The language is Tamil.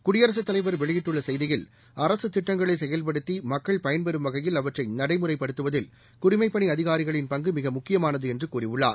குடியரசுத்தலைவர் வெளியிட்டுள்ள செய்தியில் அரசு திட்டங்களை செயல்படுத்தி வகையில் அவற்றை பயன்பெறும் நடைமுறைப்படுத்துவதில் மக்கள் குடிமைப்பணி அதிகாரிகளின் பங்கு மிக முக்கியமானது என்று கூறியுள்ளார்